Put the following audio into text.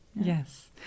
yes